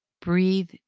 breathe